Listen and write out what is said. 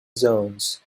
zones